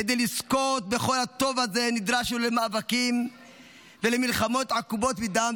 כדי לזכות בכל הטוב הזה נדרשנו למאבקים ולמלחמות עקובות מדם,